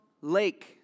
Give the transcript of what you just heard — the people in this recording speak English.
Lake